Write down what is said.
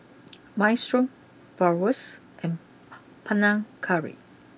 Minestrone Bratwurst and Panang Curry